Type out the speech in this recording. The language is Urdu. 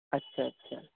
اچھا اچھا